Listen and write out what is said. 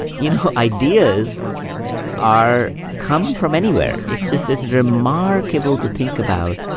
you know, ideas are come from anywhere. it just is remarkable to think about.